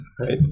Right